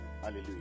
Hallelujah